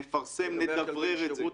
נפרסם, נדברר את זה.